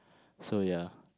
so ya